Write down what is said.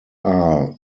are